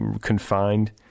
confined